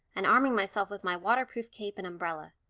and arming myself with my waterproof cape and umbrella.